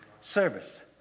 Service